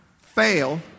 fail